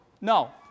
No